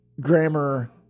grammar